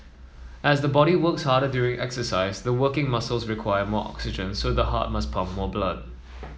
as the body works harder during exercise the working muscles require more oxygen so the heart must pump more blood